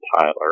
Tyler